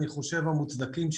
אני חושב המוצדקים,